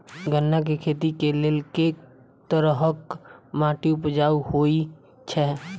गन्ना केँ खेती केँ लेल केँ तरहक माटि उपजाउ होइ छै?